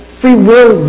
freewill